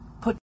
Put